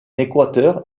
équateur